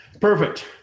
Perfect